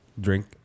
drink